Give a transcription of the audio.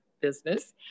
business